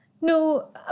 No